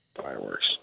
Fireworks